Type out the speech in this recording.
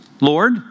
Lord